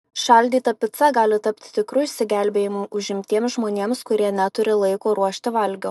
šaldyta pica gali tapti tikru išsigelbėjimu užimtiems žmonėms kurie neturi laiko ruošti valgio